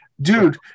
dude